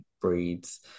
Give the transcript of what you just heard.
breeds